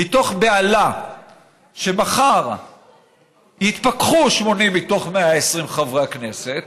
מתוך בהלה שמחר יתפכחו 80 מתוך 120 חברי הכנסת